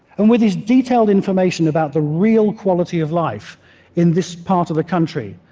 and with this detailed information about the real quality of life in this part of the country,